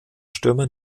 stürmer